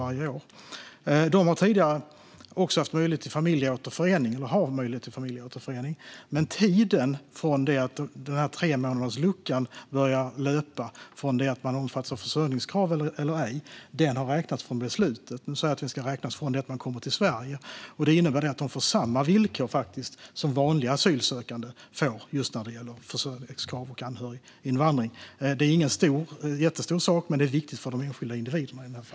Dessa har tidigare haft möjlighet till familjeåterförening, och har det fortfarande. Men tiden från det att tremånadersluckan börjar löpa för huruvida man ska omfattas av försörjningskrav eller ej har räknats från beslutet. Nu säger vi att det ska räknas från det att man kommer till Sverige. De får därmed samma villkor som vanliga asylsökande får när det gäller just försörjningskrav och anhöriginvandring. Det här är ingen jättestor sak, men det är i detta fall viktigt för de enskilda individerna.